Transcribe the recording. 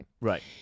Right